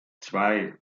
zwei